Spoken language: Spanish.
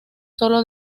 solo